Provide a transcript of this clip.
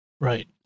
Right